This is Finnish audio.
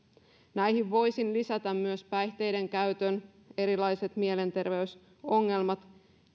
näihin voisin lisätä myös päihteiden käytön erilaiset mielenterveysongelmat